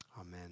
amen